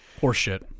horseshit